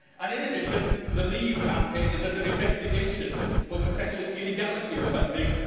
and, in addition, the leave campaign is under investigation for potential illegality of funding,